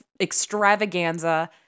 extravaganza